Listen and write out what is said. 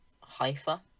Haifa